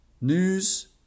news